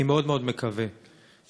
אני מאוד מאוד מקווה שהממשלה,